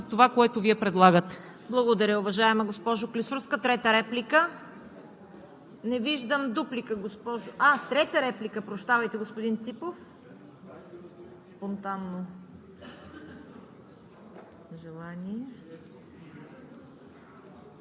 това, което се предлага